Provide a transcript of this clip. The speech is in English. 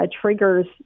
triggers